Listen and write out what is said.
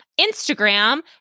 Instagram